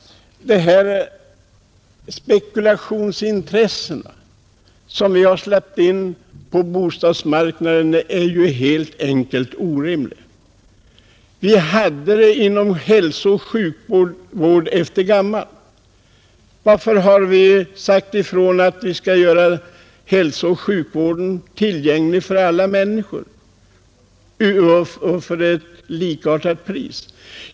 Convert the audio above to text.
De spekulationsintressen som vi har släppt in på bostadsmarknaden är helt enkelt orimliga. De förekom inom hälsooch sjukvården förr i tiden. Varför har vi sagt att vi skall göra hälsooch sjukvården tillgänglig för alla människor till samma pris?